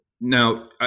Now